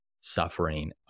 suffering